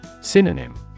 Synonym